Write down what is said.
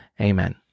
amen